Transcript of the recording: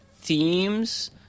themes